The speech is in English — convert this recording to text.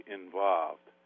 involved